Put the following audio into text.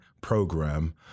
program